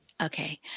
okay